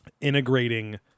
integrating